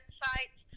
sites